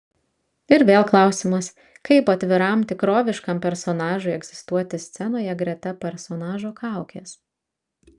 ir vėl klausimas kaip atviram tikroviškam personažui egzistuoti scenoje greta personažo kaukės